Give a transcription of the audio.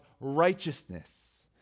righteousness